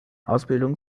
ausbildung